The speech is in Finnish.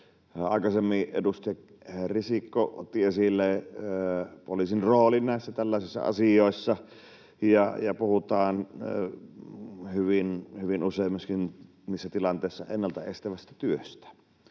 aikaisemmin edustaja Risikko otti esille poliisin roolin tällaisissa asioissa. Hyvin usein niissä tilanteissa puhutaan myöskin